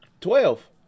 Twelve